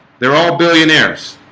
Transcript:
they're all billionaires